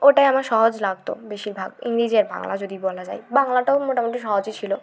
ওটাই আমার সহজ লাগতো বেশিরভাগ ইংরেজি আর বাংলা যদি বলা যায় বাংলাটাও মোটামোটি সহজই ছিলো